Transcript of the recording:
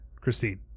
Christine